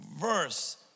verse